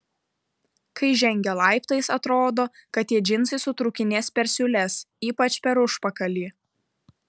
kai žengia laiptais atrodo kad tie džinsai sutrūkinės per siūles ypač per užpakalį